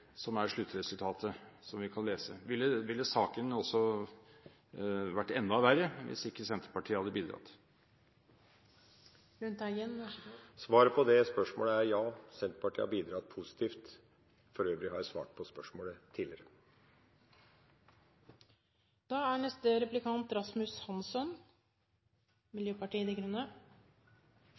som er sluttresultatet, som vi kan lese. Ville saken vært enda verre hvis ikke Senterpartiet hadde bidratt? Svaret på det spørsmål er ja, Senterpartiet har bidratt positivt. For øvrig har jeg svart på spørsmålet tidligere. Representanten Lundteigen påpekte at dette er